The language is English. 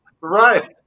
Right